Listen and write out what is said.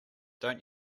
don’t